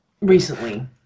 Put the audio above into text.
recently